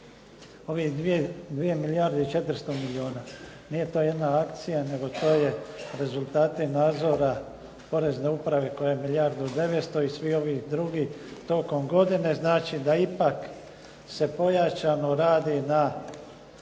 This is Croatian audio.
Ove 2 milijarde i 400 milijuna, nije to jedna akcija nego to je rezultati nadzora porezne uprave koja je milijardu 900 i svi ovi drugi tokom godine, znači da ipak se pojačano radi na